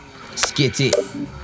Skitty